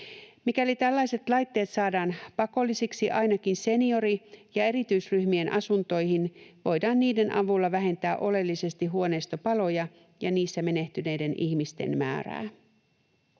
Mikäli tällaiset laitteet saadaan pakollisiksi ainakin seniori‑ ja erityisryhmien asuntoihin, voidaan niiden avulla vähentää oleellisesti huoneistopaloja ja niissä menehtyneiden ihmisten määrää.